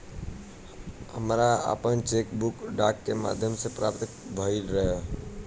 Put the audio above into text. हमरा आपन cheque book डाक के माध्यम से प्राप्त भइल ह